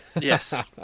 Yes